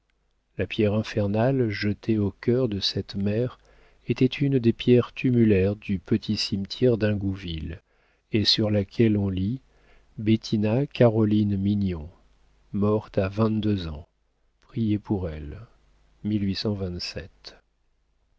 la pierre infernale jetée au cœur de cette mère était une des pierres tumulaires du petit cimetière d'ingouville et sur laquelle on lit bettina caroline mignon morte à vingt-deux ans priez pour elle